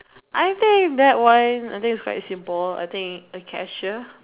I think that one I think is quite simple I think a cashier